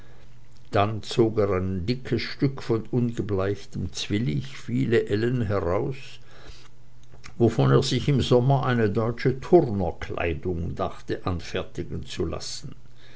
dann zog er ein dickes stück von ungebleichtem zwillich viele ellen heraus wovon er sich im sommer eine deutsche turnerkleidung dachte anfertigen zu lassen